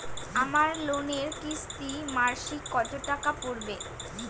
আমার লোনের কিস্তি মাসিক কত টাকা পড়বে?